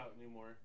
anymore